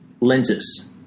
lenses